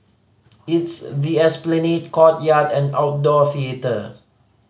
it's the Esplanade courtyard and outdoor theatre